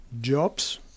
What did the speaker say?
jobs